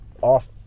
off